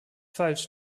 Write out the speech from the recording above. falsch